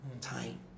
Time